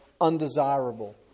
undesirable